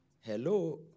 Hello